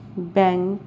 bank